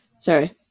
Sorry